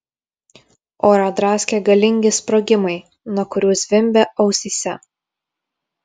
orą draskė galingi sprogimai nuo kurių zvimbė ausyse